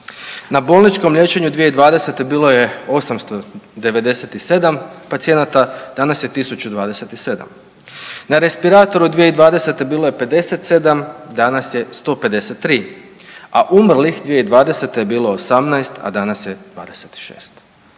Na bolničkom liječenju 2020. bilo je 897 pacijenata, danas je 1027, na respiratoru 2020. bilo je 57, danas je 153, a umrlih 2020. je bilo 18, a danas je 26.